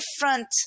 different